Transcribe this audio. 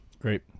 Great